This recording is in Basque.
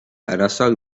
arazoak